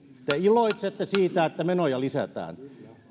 te iloitsette siitä että menoja lisätään